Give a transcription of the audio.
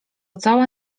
cała